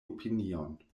opinion